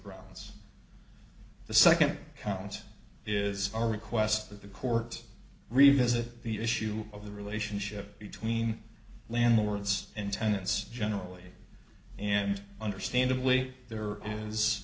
grounds the second count is our request that the court revisit the issue of the relationship between landlords and tenants generally and understandably there is